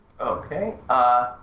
Okay